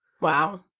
Wow